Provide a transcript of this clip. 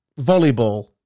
Volleyball